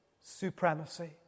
supremacy